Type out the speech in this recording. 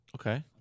Okay